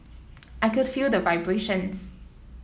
I could feel the vibrations